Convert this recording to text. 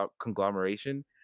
conglomeration